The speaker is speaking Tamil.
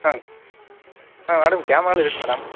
ஆ ஆ மேடம் கேமராலாம் இருக்கு மேடம்